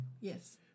Yes